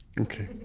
Okay